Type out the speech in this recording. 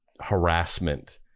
harassment